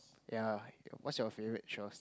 ya what's your favourite chores